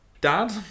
dad